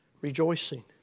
rejoicing